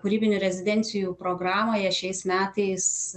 kūrybinių rezidencijų programoje šiais metais